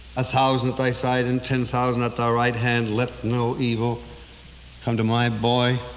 a thousand at thy side and ten thousand at thy right hand, let no evil come to my boy.